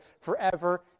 forever